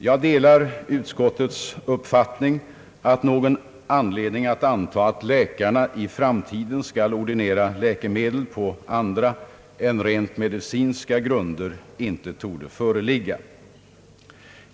Jag delar utskottets uppfattning att någon anledning att antaga att läkarna i framtiden skall ordinera läkemedel på andra än rent medicinska grunder inte torde föreligga.